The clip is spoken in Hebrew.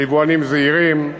ליבואנים זעירים,